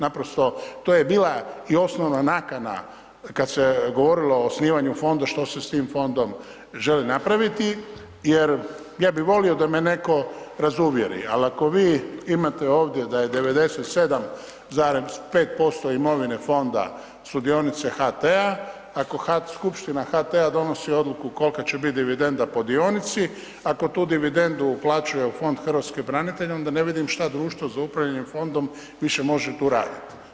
Naprosto, to je bila i osnovna nakana kad se govorilo o osnivanju fonda, što se s tim fondom želi napraviti jer ja bi volio da me neko razuvjeri, al ako vi imate ovdje da je 97,5% imovine fonda su dionice HT-a, ako skupština HT-a donosi odluku kolka će bit dividenda po dionici, ako tu dividendu uplaćuje u Fond hrvatskih branitelja, onda ne vidim šta Društvo za upravljanje fondom više može tu raditi.